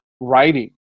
writing